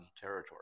territory